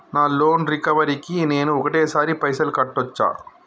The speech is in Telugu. నా లోన్ రికవరీ కి నేను ఒకటేసరి పైసల్ కట్టొచ్చా?